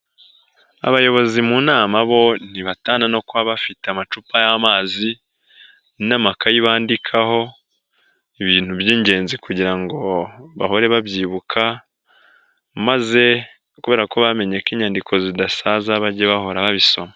Abayobozi mu nama bo ntibatana no kuba bafite amacupa y'amazi n'amakayi bandikaho ibintu by'ingenzi kugira ngo bahore babyibuka maze kubera ko bamenye ko inyandiko zidasaza, bagiye bahora babisoma.